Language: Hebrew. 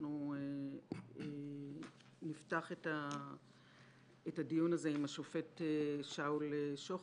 אנחנו נפתח את הדיון הזה עם השופט שאול שוחט,